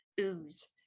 ooze